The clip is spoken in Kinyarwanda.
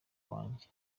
wanjye